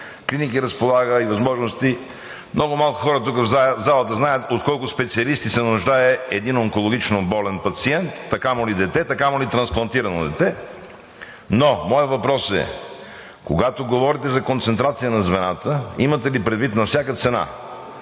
клиники разполага и възможности. Много малко хора тук в залата знаят от колко специалисти се нуждае един онкологично болен пациент, та камо ли дете, та камо ли трансплантирано дете, но моят въпрос е: когато говорите за концентрация на звената, имате ли предвид на всяка цена